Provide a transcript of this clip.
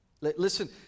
Listen